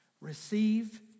receive